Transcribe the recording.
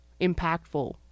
impactful